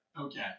Okay